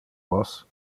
vos